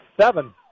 seven